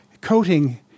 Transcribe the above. coating